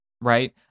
right